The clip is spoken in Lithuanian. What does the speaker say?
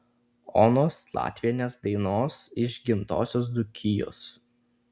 onos latvienės dainos iš gimtosios dzūkijos